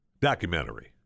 documentary